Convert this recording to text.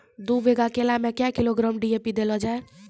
दू बीघा केला मैं क्या किलोग्राम डी.ए.पी देले जाय?